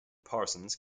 parsons